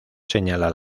señala